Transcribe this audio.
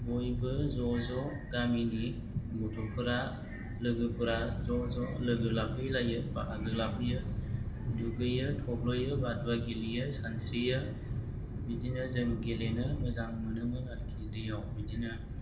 बयबो ज' ज' गामिनि गथ'फोरा लोगोफोरा ज' ज' लोगो लाफैलायो बाहागो लाफैयो दुगैयो थब्लयो बादुवा गेलेयो सानस्रियो बिदिनो जों गेलेनो मोजां मोनोमोन आरोखि दैयाव बिदिनो